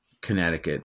Connecticut